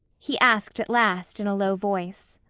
he asked at last in a low voice.